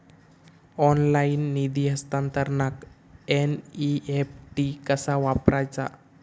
Online निधी हस्तांतरणाक NEFT कसा वापरायचा?